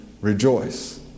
rejoice